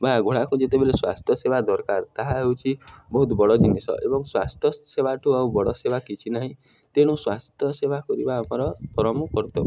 ବା ଘୋଡ଼ାକୁ ଯେତେବେଳେ ସ୍ୱାସ୍ଥ୍ୟ ସେବା ଦରକାର ତାହା ହେଉଛି ବହୁତ ବଡ଼ ଜିନିଷ ଏବଂ ସ୍ୱାସ୍ଥ୍ୟ ସେବା ଠୁ ଆଉ ବଡ଼ ସେବା କିଛି ନାହିଁ ତେଣୁ ସ୍ୱାସ୍ଥ୍ୟ ସେବା କରିବା ଆମର ପରମ କର୍ତ୍ତବ୍ୟ